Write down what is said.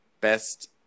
best